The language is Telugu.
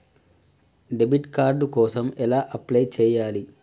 డెబిట్ కార్డు కోసం ఎలా అప్లై చేయాలి?